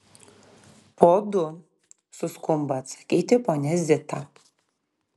po du suskumba atsakyti ponia zita